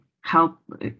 help